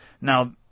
Now